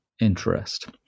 interest